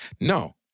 no